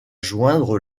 joindre